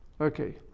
Okay